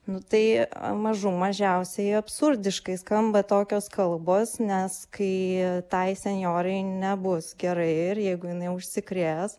nu tai mažų mažiausiai absurdiškai skamba tokios kalbos nes kai tai senjorai nebus gerai ir jeigu jinai užsikrės